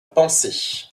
pensée